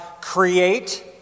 create